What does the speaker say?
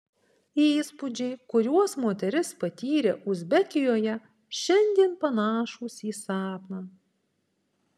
įspūdžiai kuriuos moteris patyrė uzbekijoje šiandien panašūs į sapną